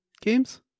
games